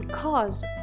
cause